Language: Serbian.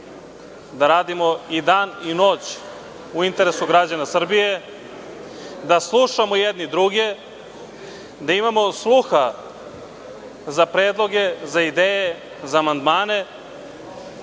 da radimo i dan i noć u interesu građana Srbije, da slušamo jedni druge, da imamo sluha za predloge, za ideje, za amandmane,